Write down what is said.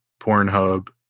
Pornhub